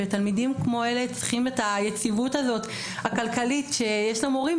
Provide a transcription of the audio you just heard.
ותלמידים כמו אלה צריכים את היציבות הזאת הכלכלית שיש למורים,